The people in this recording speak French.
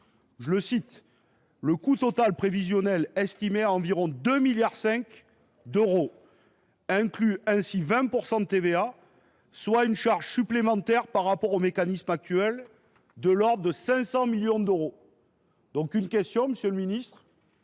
ce texte, « le coût total prévisionnel estimé à environ 2,5 milliards d’euros inclut ainsi 20 % de TVA, soit une charge supplémentaire par rapport au mécanisme actuel de l’ordre de 500 millions d’euros ». Ma question est simple, monsieur le ministre :